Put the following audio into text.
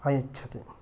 अयच्छत्